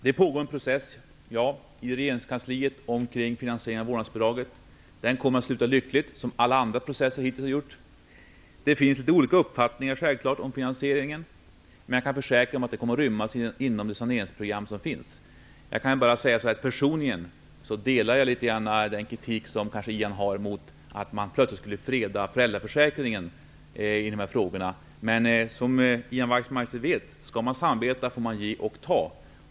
Det pågår en process i regeringskansliet om finansieringen av vårdnadsbidraget. Den kommer att sluta lyckligt, precis som alla andra processer har gjort. Det finns självfallet olika uppfattningar om finansieringen. Men jag kan försäkra att finansieringen kommer att rymmas inom saneringsprogrammet. Personligen delar jag litet grand uppfattningen i den kritik som Ian Wachtmeister har mot att plötsligt freda föräldraförsäkringen i dessa frågor. Men, som Ian Wachtmeister vet, skall man samarbeta får man ge och ta.